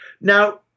Now